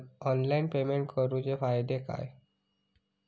Online pay करुन फायदो काय?